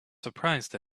surprised